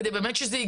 כדי שזה באמת ייגבה,